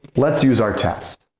let's use our test.